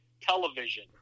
television